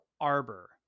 Arbor